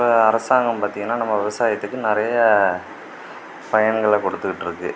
இப்போ அரசாங்கம் பார்த்திங்கன்னா நம்ம விவசாயத்துக்கு நிறையா பயன்களை கொடுத்துக்கிட்ருக்கு